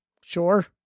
Sure